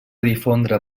difondre